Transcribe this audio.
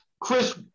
Chris